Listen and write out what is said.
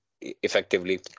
effectively